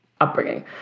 upbringing